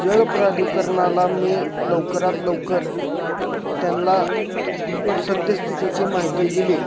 जलप्राधिकरणाला मी लवकरात लवकर त्याला प् सद्यस्थितीची माहिती दिली